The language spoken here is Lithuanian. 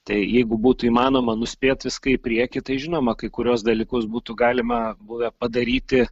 tai jeigu būtų įmanoma nuspėt viską į priekį tai žinoma kai kuriuos dalykus būtų galima buvę padaryti